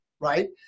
right